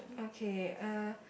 okay uh